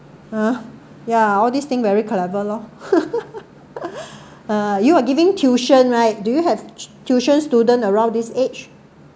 !huh!ya all these thing very clever loh uh you are giving tuition right do you have tuition's student around this age